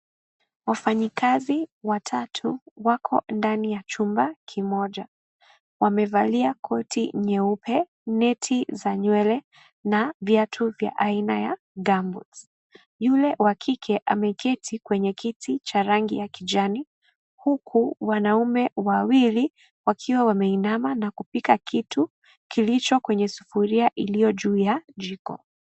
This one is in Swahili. Wafanyikazi watatu wako ndani ya chumba kimoja , wamevalia koti nyeupe neti za nywele na viatu vya aina ya gumboots . Yule wa kike ameketi kwenye kiti cha rangi ya kijani huku wanaume wawili wakiwa wameinama na kupika kitu ilicho kwenye sufuria iliyo juu ya jiko .